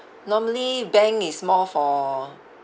normally bank is more for